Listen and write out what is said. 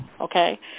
okay